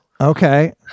Okay